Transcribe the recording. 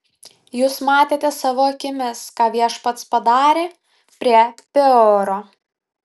jūs matėte savo akimis ką viešpats padarė prie peoro